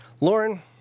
Lauren